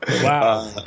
Wow